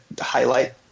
highlight